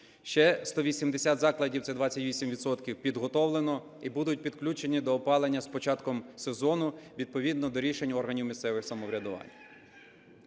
Ще 180 закладів, це 28 відсотків, підготовлено і будуть підключені до опалення з початком сезону відповідно до рішень органів місцевого самоврядування.